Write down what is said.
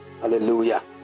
hallelujah